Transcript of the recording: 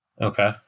okay